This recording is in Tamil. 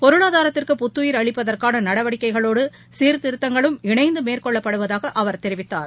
பொருளாதாரத்திற்கு புத்துயிர் அளிப்பதற்கானநடவடிக்கைகளோடு சீர்திருத்தங்களும் இணைந்துமேற்கொள்ளப்படுவதாகஅவர் தெரிவித்தார்